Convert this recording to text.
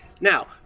Now